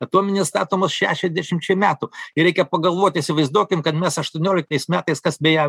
atominės statomos šešiasdešimčiai metų ir reikia pagalvot įsivaizduokim kad mes aštuonioliktais metais kas beje